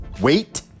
Wait